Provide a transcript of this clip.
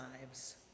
lives